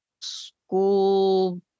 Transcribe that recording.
school